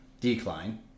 decline